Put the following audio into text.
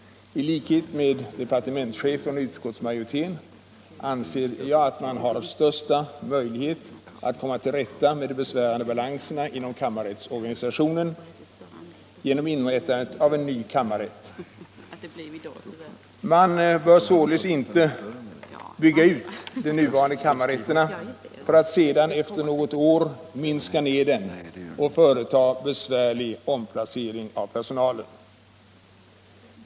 I likhet med departementschefen och utskottsmajoriteten anser jag att man har den största möjligheten att komma till rätta med de besvärande balanserna inom kammarrättsorganisationen genom inrättandet av en ny kammarrätt. Man bör således inte bygga ut de nuvarande kammarrätterna för att sedan efter något år minska ned dem och företa besvärlig omplacering av personalen.